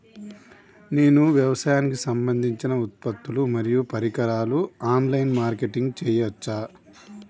నేను వ్యవసాయానికి సంబంధించిన ఉత్పత్తులు మరియు పరికరాలు ఆన్ లైన్ మార్కెటింగ్ చేయచ్చా?